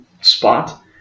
spot